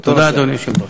תודה, אדוני היושב-ראש.